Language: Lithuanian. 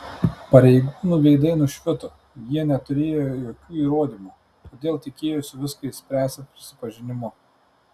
pareigūnų veidai nušvito jie neturėjo jokių įrodymų todėl tikėjosi viską išspręsią prisipažinimu